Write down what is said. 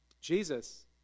Jesus